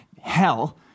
hell